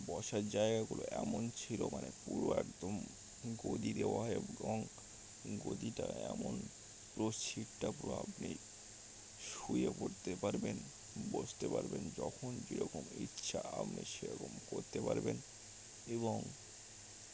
বসার জায়গাগুলো এমন ছিল মানে পুরো একদম গদি দেওয়া এবং গদিটা এমন পুরো সিট টা পুরো আপনি শুয়ে পড়তে পারবেন বসতে পারবেন যখন যেরকম ইচ্ছা আপনি সেরকম করতে পারবেন এবং